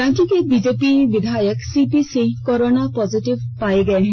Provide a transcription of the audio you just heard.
रांची के बीजेपी विधायक CP Singh corona positive पाये गये है